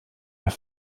mehr